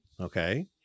okay